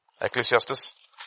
Ecclesiastes